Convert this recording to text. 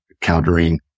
countering